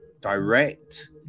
direct